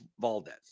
Valdez